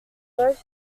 both